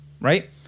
right